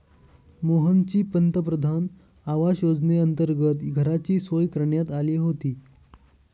मोहनची पंतप्रधान आवास योजनेअंतर्गत घराची सोय करण्यात आली होती